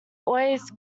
always